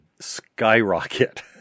skyrocket